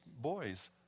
boys